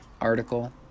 article